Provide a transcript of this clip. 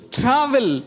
travel